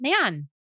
man